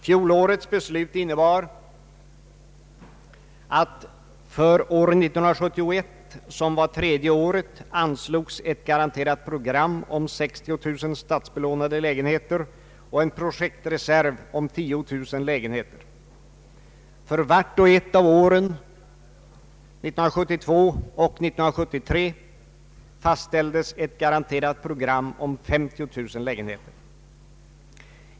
Fjolårets beslut innebar att för år 1971, som var tredje året, anslogs ett garanterat program om 60 000 statsbelånade lägenheter och en projektreserv om 10 000 lägenheter. För vart och ett av åren 1972 och 1973 fastställdes ett garanterat program om 50 000 lägenheter.